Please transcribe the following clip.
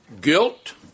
Guilt